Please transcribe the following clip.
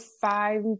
five